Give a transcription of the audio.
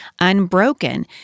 Unbroken